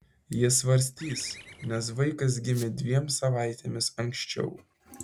jie svarstys nes vaikas gimė dviem savaitėmis anksčiau